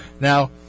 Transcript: Now